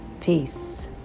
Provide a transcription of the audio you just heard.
Peace